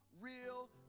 real